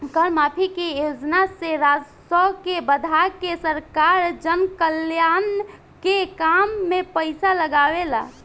कर माफी के योजना से राजस्व के बढ़ा के सरकार जनकल्याण के काम में पईसा लागावेला